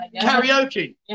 karaoke